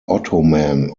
ottoman